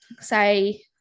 say